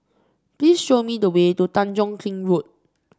please show me the way to Tanjong Kling Road